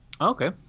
Okay